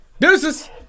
Deuces